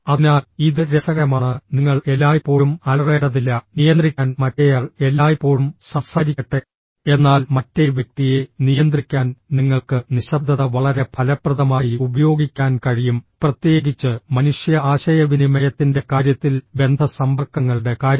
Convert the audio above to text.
അതിനാൽ ഇത് രസകരമാണ് നിങ്ങൾ എല്ലായ്പ്പോഴും അലറേണ്ടതില്ല നിയന്ത്രിക്കാൻ മറ്റേയാൾ എല്ലായ്പ്പോഴും സംസാരിക്കട്ടെ എന്നാൽ മറ്റേ വ്യക്തിയെ നിയന്ത്രിക്കാൻ നിങ്ങൾക്ക് നിശബ്ദത വളരെ ഫലപ്രദമായി ഉപയോഗിക്കാൻ കഴിയും പ്രത്യേകിച്ച് മനുഷ്യ ആശയവിനിമയത്തിന്റെ കാര്യത്തിൽ ബന്ധ സമ്പർക്കങ്ങളുടെ കാര്യത്തിൽ